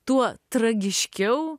tuo tragiškiau